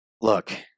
Look